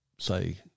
Say